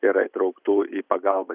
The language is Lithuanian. yra įtrauktų į pagalbą